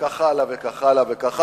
וכך הלאה וכך הלאה,